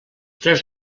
tres